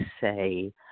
say